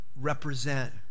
represent